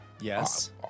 Yes